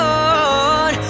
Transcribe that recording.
on